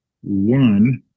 one